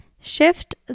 shift